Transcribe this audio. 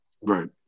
Right